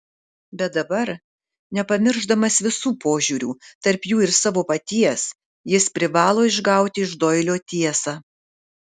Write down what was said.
bet dabar nepamiršdamas visų požiūrių tarp jų ir savo paties jis privalo išgauti iš doilio tiesą